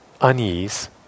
unease